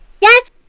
Yes